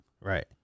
Right